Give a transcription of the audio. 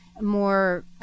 more